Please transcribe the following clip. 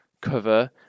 cover